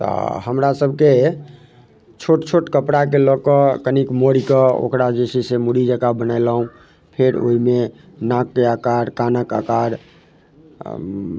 तऽ हमरासबके छोट छोट कपड़ाके लऽ कऽ कनिक मोड़िकऽ ओकरा जे छै से मूड़ीजकाँ बनेलहुँ फेर ओहिमे नाकके आकार कानके आकार